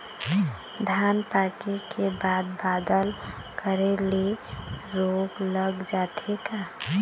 धान पाके के बाद बादल करे ले रोग लग सकथे का?